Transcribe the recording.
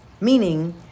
Meaning